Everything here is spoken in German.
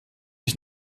ich